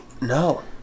No